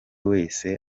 wese